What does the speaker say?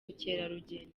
bukerarugendo